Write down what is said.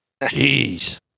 Jeez